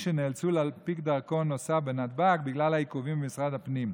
שנאלצו להנפיק דרכון נוסף בנתב"ג בגלל העיכובים במשרד הפנים.